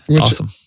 Awesome